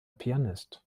pianist